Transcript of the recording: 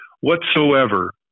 whatsoever